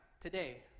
today